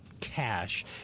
cash